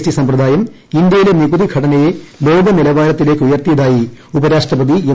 T സമ്പ്രദായം ഇന്ത്യയിലെ നികുതി ഘടനയെ ലോക നിലവാരത്തിലേയ്ക്ക് ഉയർത്തിയതായി ഉപരാഷ്ട്രപതി എം